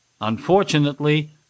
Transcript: Unfortunately